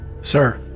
Sir